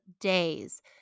days